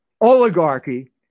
oligarchy